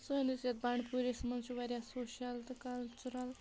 سٲنِس یَتھ بَنڈپوٗرِس منٛز چھِ واریاہ سوشَل تہٕ کَلچٕرَل